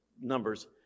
numbers